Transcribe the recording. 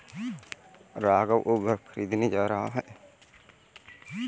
राघव उर्वरक खरीदने जा रहा है